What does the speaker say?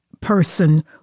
person